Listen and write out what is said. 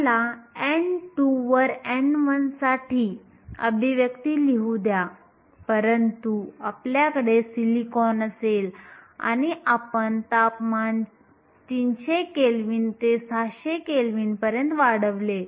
मला n2 वर n1 साठी अभिव्यक्ती लिहू द्या परंतु T1 जर आपल्याकडे सिलिकॉन असेल आणि आपण तापमान 300 केल्व्हिन ते 600 केल्विन पर्यंत वाढवले